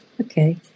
okay